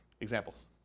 Examples